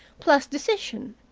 plus decision.